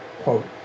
quote